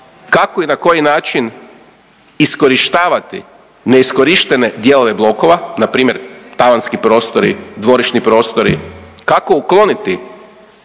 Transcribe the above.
kako i na koji način iskorištavati neiskorištene dijelove blokova na primjer tavanski prostori, dvorišni prostori. Kako ukloniti